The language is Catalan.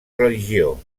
religió